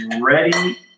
ready